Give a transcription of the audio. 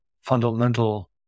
fundamental